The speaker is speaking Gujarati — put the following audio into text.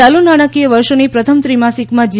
ચાલુ નાણાકીય વર્ષની પ્રથમ ત્રિમાસિકમાં જી